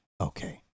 okay